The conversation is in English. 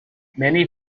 many